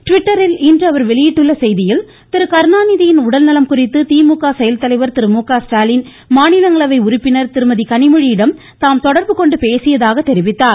ட்விட்டரில் இன்று அவர் வெளியிட்டுள்ள செய்தியில் திரு கருணாநிதியின் உடல்நலம் குறித்து திமுக செயல்தலைவர் திரு ஸ்டாலின் மாநிலங்களவை உறுப்பினர் திருமதி கனிமொழியிடம் தாம் தொடர்பு கொண்டு பேசியதாகவும் கூறியுள்ளார்